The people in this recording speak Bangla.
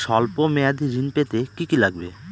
সল্প মেয়াদী ঋণ পেতে কি কি লাগবে?